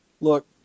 look